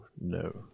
No